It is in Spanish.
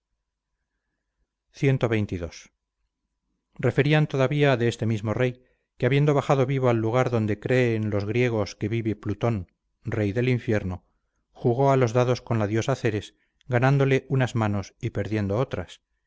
todos cxxii referían todavía de este mismo rey que habiendo bajado vivo al lugar donde creen los griegos que vivo plutón rey del infierno jugó a los dados con la diosa céres ganándole unas manos y perdiendo otras